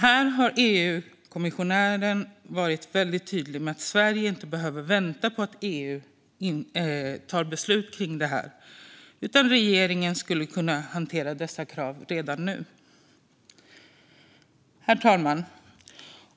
EU-kommissionären har varit väldigt tydlig med att Sverige inte behöver vänta på att EU tar beslut om detta, utan regeringen skulle kunna hantera dessa krav redan nu. Herr talman!